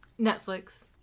netflix